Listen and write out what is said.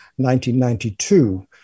1992